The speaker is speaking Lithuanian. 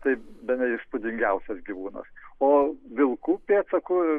tai bene įspūdingiausias gyvūnas o vilkų pėdsakų